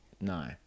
No